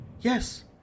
Yes